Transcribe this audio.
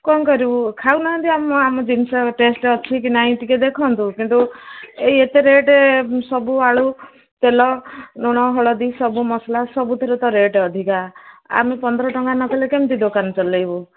କ'ଣ କରିବୁ ଖାଉନାହାନ୍ତି ଆମ ଆମ ଜିନିଷ ଟେଷ୍ଟ ଅଛି କି ନାଇଁ ଟିକେ ଦେଖନ୍ତୁ କିନ୍ତୁ ଏ ଏତେ ରେଟ୍ ସବୁ ଆଳୁ ତେଲ ଲୁଣ ହଳଦୀ ସବୁ ମସଲା ସବୁଥିରେ ତ ରେଟ୍ ଅଧିକା ଆମେ ପନ୍ଦର ଟଙ୍କା ନକଲେ କେମିତି ଦୋକାନ ଚଲେଇବୁ